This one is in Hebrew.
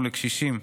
לקשישים,